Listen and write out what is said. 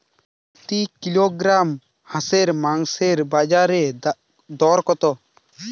প্রতি কিলোগ্রাম হাঁসের মাংসের বাজার দর কত?